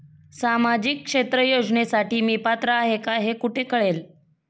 सामाजिक क्षेत्र योजनेसाठी मी पात्र आहे का हे कुठे कळेल?